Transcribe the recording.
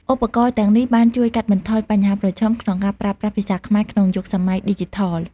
ឧបករណ៍ទាំងនេះបានជួយកាត់បន្ថយបញ្ហាប្រឈមក្នុងការប្រើប្រាស់ភាសាខ្មែរក្នុងយុគសម័យឌីជីថល។